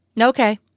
Okay